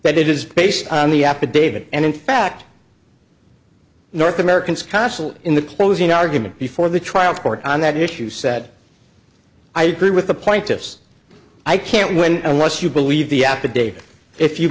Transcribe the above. it is based on the affidavit and in fact north americans castle in the closing argument before the trial court on that issue said i agree with the plaintiffs i can't win unless you believe the app today if you